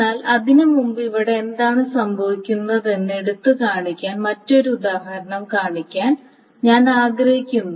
എന്നാൽ അതിനുമുമ്പ് ഇവിടെ എന്താണ് സംഭവിക്കുന്നതെന്ന് എടുത്തുകാണിക്കാൻ മറ്റൊരു ഉദാഹരണം കാണിക്കാൻ ഞാൻ ആഗ്രഹിക്കുന്നു